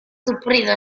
sufrido